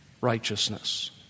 righteousness